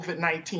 COVID-19